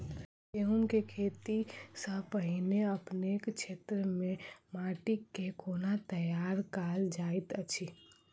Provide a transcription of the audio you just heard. गेंहूँ केँ खेती सँ पहिने अपनेक केँ क्षेत्र मे माटि केँ कोना तैयार काल जाइत अछि?